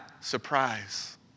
surprise